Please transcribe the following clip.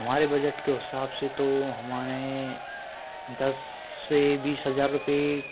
हमारे बजट के हिसाब से तो हमारे दस से बीस हज़ार रुपये